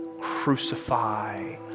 crucify